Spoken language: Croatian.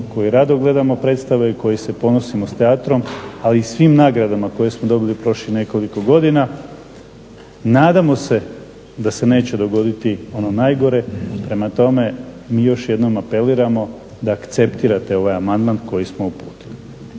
koji rado gledamo predstave i koji se ponosimo s teatrom, ali i svim nagradama koje smo dobili prošlih nekoliko godina. Nadamo se da se neće dogoditi ono najgore, prema tome mi još jednom apeliramo da akceptirate ovaj amandman koji smo uputili.